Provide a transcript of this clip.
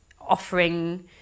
offering